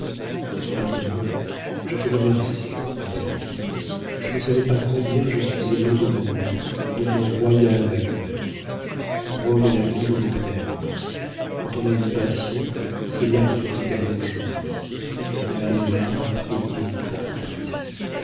maintenant je te remercie ma renée je ne savais pas combien je suis aimée de mon beau de mon royal macumer rome est la ville où l'on aime quand on a une passion c'est là qu'il faut aller en jouir on a les arts et dieu pour complices